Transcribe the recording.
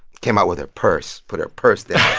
came out with her purse. put her purse down